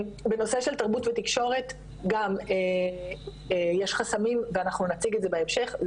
בנושא של תרבות ותקשורת גם יש חסמים ואנחנו נציג את זה בהמשך,